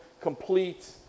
complete